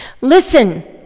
Listen